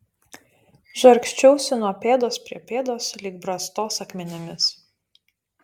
žargsčiausi nuo pėdos prie pėdos lyg brastos akmenimis